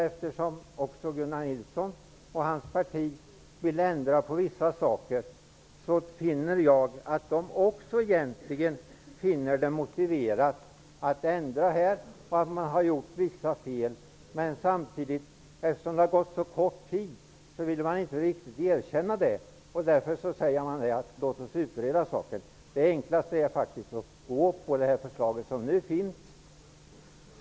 Eftersom också Gunnar Nilsson och hans parti vill ändra på vissa saker, anser jag att de egentligen också finner det motiverat att göra ändringar och att de erkänner att de har begått vissa fel. Eftersom det har gått så kort tid, ville de samtidigt inte riktigt erkänna det, och därför säger de nu: ''Låt oss utreda saken.'' Det enklaste är faktiskt att gå med på det förslag som nu finns.